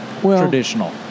traditional